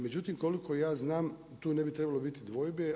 Međutim, koliko ja znam tu ne bi trebalo biti dvojbe.